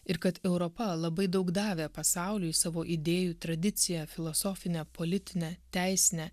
ir kad europa labai daug davė pasauliui savo idėjų tradiciją filosofinę politinę teisinę